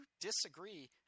disagree